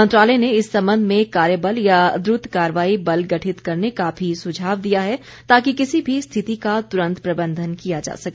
मंत्रालय ने इस संबंध में कार्यबल या द्रुत कार्रवाई बल गठित करने का भी सुझाव दिया है ताकि किसी भी स्थिति का तुरंत प्रबंधन किया जा सके